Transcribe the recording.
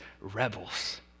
rebels